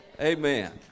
Amen